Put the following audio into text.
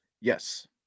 Yes